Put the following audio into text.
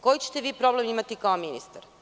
Koji ćete vi problem imati kao ministar?